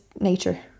nature